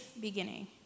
beginning